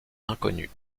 inconnue